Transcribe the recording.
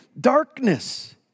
darkness